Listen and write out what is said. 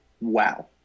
wow